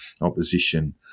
opposition